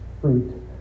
fruit